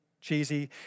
cheesy